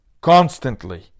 constantly